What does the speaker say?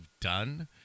done